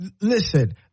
Listen